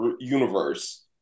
universe